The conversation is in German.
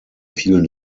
fielen